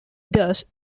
does